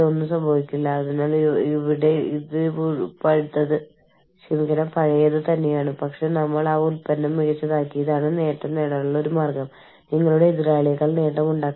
കൂടാതെ നിങ്ങൾക്കറിയാമോ രൂപയുടെ മൂല്യം കുറയുകയാണെങ്കിൽ കാലക്രമേണ കറൻസി നിരക്കുകളിൽ ഈ മാറ്റങ്ങൾക്ക് നിങ്ങൾ ക്രമീകരിക്കേണ്ടതുണ്ട്